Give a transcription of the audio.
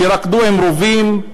שרקדו עם רובים,